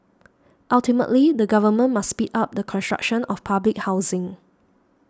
ultimately the government must speed up the construction of public housing